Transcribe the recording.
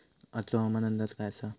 आजचो हवामान अंदाज काय आसा?